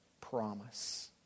promise